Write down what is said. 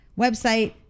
website